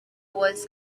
wars